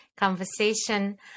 conversation